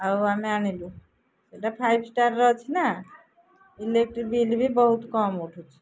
ଆଉ ଆମେ ଆଣିଲୁ ସେଇଟା ଫାଇଭ୍ ଷ୍ଟାର୍ର ଅଛି ନା ଇଲେକ୍ଟ୍ରି ବିଲ୍ବି ବହୁତ କମ୍ ଉଠୁଛିି